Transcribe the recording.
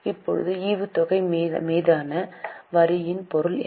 இப்போது ஈவுத்தொகை மீதான வரியின் பொருள் என்ன